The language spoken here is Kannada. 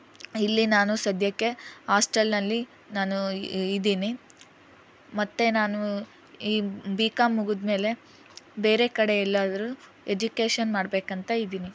ಇಲ್ಲಿ ನಾನು ಸದ್ಯಕ್ಕೆ ಆಸ್ಟೆಲ್ನಲ್ಲಿ ನಾನು ಇದ್ದೀನಿ ಮತ್ತೆ ನಾನು ಈ ಬಿ ಕಾಂ ಮುಗಿದ್ಮೇಲೆ ಬೇರೆ ಕಡೆ ಎಲ್ಲಾದರೂ ಎಜುಕೇಶನ್ ಮಾಡ್ಬೇಕು ಅಂತ ಇದ್ದೀನಿ